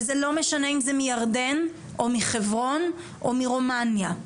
וזה לא משנה אם זה מירדן או מחברון או מרומניה.